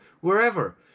Wherever